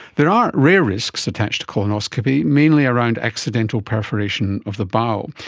there are rare risks attached to colonoscopies, mainly around accidental perforation of the bowel.